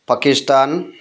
Pakistan